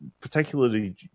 particularly